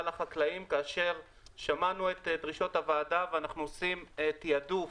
החקלאות כאשר שמענו את דרישות הוועדה ואנחנו עושים תעדוף